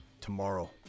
tomorrow